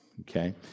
Okay